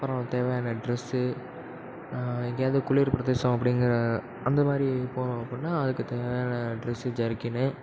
அப்புறம் தேவையான டிரெஸ்ஸு எங்கேயாது குளிர் பிரதேசம் அப்படிங்குற அந்த மாதிரி போகிறோம் அப்படின்னா அதுக்கு தேவையான டிரெஸ்ஸு ஜர்க்கின்னு